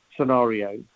scenario